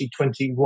2021